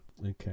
okay